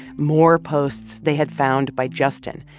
more posts they had found by justin,